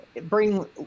bring